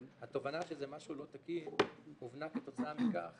התובנה, שזה משהו לא תקין, הובנה כתוצאה מכך